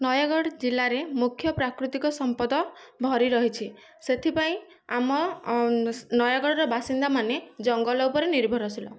ନୟାଗଡ଼ ଜିଲ୍ଲାରେ ମୁଖ୍ୟ ପ୍ରାକୃତିକ ସମ୍ପଦ ଭରି ରହିଛି ସେଥିପାଇଁ ଆମ ନୟାଗଡ଼ର ବାସିନ୍ଦାମାନେ ଜଙ୍ଗଲ ଉପରେ ନିର୍ଭରଶୀଳ